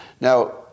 Now